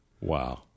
Wow